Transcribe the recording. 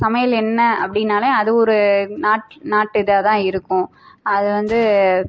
சமையல் எண்ணெய் அப்படின்னாலே அது ஒரு நாட் நாட்டு இதாகதான் இருக்கும் அது வந்து